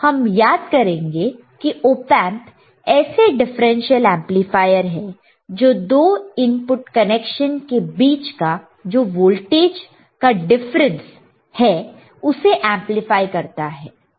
तो अब हम याद करेंगे कि ओपेंप ऐसे डिफरेंशियल एमप्लीफायर है जो दो इनपुट कनेक्शन के बीच का जो वोल्टेज का डिफरेंस है उसे एम्प्लीफाई करता है